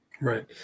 Right